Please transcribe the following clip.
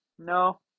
no